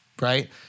right